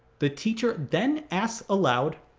the teacher then asked aloud,